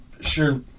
sure